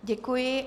Děkuji.